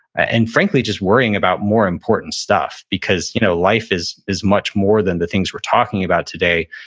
and frankly, just worrying about more important stuff, because you know life is is much more than the things we're talking about today.